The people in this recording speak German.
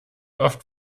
oft